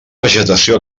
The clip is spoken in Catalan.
vegetació